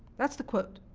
that's the quote.